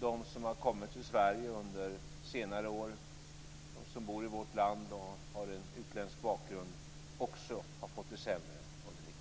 De som har kommit till Sverige under senare år och de som bor i vårt land och har en utländsk bakgrund har också fått det sämre under 90-talet.